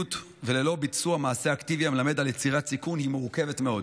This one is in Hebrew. וללא ביצוע מעשה אקטיבי המלמד על יצירת סיכון היא מורכבת מאוד.